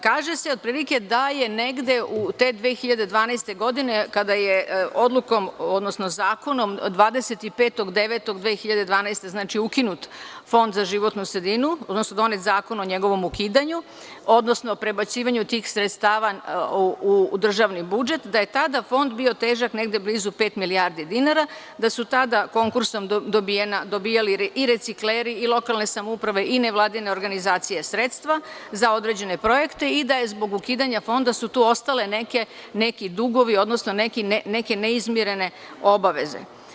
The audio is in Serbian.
Kaže se da je negde te 2012. godine kada je odlukom odnosno zakonom, 25. 09. 2012. godine ukinut Fond za životnu sredinu, odnosno donet zakon o njegovom ukidanju, odnosno prebacivanju tih sredstava u državni budžet, da je tada Fond bio težak negde blizu pet milijardi dinara, da su tada konkursom dobijali sredstva i recikleri i lokalne samouprave i nevladine organizacije za određene projekte i da su zbog ukidanja Fonda tu ostali neki dugovi odnosno neke neizmirene obaveze.